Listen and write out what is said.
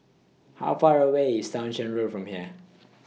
How Far away IS Townshend Road from here